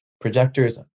Projectors